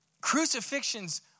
crucifixions